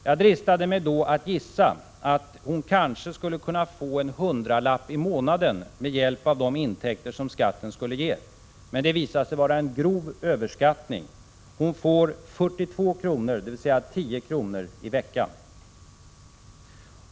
Jag dristade mig då att gissa att hon kanske skulle få en förbättring på en hundralapp i månaden med hjälp av de intäkter som skatten skulle ge. Men det visade sig vara en grov överskattning. Hon får 42 kr., dvs. 10 kr. i veckan.